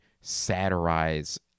satirize